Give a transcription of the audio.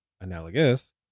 analogous